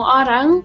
orang